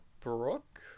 brooke